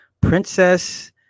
Princess